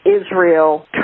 Israel